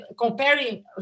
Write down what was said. comparing